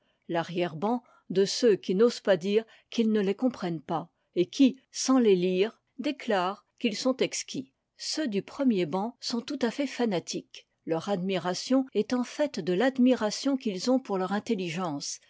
larrière ban de ceux qui n'osent pas dire qu'ils ne les comprennent pas et qui sans les lire déclarent qu'ils sont exquis ceux du premier ban sont tout à fait fanatiques leur admiration étant faite de l'admiration qu'ils ont pour leur intelligence